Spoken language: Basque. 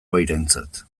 bairentzat